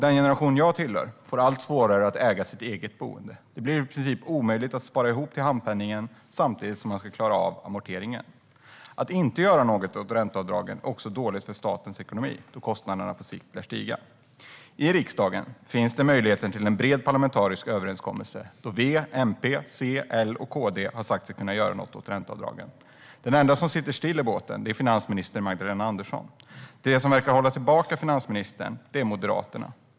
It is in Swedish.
Den generation jag tillhör får allt svårare att äga sitt eget boende. Det blir i princip omöjligt att spara ihop till handpenningen. Dessutom ska man klara av amorteringen. Att inte göra något åt ränteavdragen är också dåligt för statens ekonomi, då kostnaderna på sikt lär stiga. I riksdagen finns det möjligheter till en bred parlamentarisk överenskommelse, då V, MP, C, L och KD har sagt sig kunna göra något åt ränteavdragen. Den enda som sitter still i båten är finansminister Magdalena Andersson. De som verkar hålla tillbaka finansministern är Moderaterna.